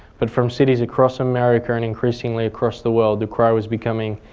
but from cities across america and increasingly across the world the cry was becoming,